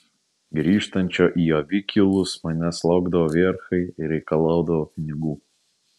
grįžtančio į avikilus manęs laukdavo verchai ir reikalaudavo pinigų